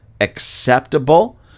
acceptable